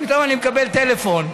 פתאום אני מקבל טלפון,